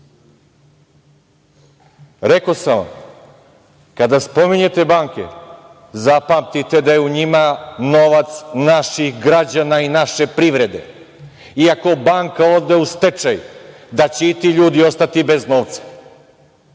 sam vam, kada spominjete banke, zapamtite da je u njima novac naših građana i naše privrede, i ako banka ode u stečaj da će i ti ljudi ostati bez novca